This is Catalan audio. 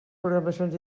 programacions